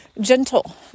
gentle